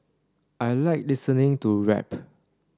I like listening to rap